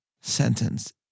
sentence